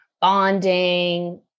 bonding